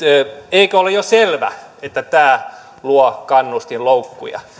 eikö ole jo selvä että tämä luo kannustinloukkuja